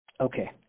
Okay